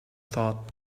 thought